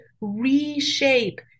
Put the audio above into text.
reshape